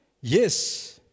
Yes